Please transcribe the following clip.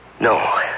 No